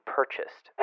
purchased